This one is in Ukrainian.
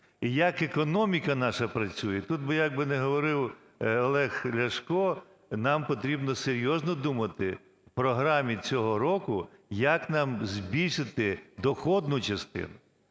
як економіка наша працює, тут би, як би не говорив Олег Ляшко, нам потрібно серйозно думати, в програмі цього року як нам збільшити доходну частину.